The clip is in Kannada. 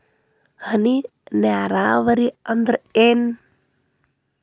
ಹನಿ ನೇರಾವರಿ ಅಂದ್ರ ಏನ್?